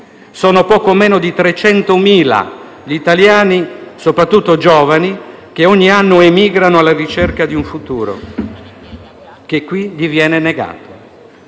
sono poco meno di 300.000 gli italiani, soprattutto giovani, che ogni anno emigrano alla ricerca di un futuro, che qui viene loro negato.